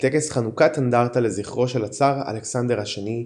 לטקס חנוכת אנדרטה לזכרו של הצאר אלכסנדר השני,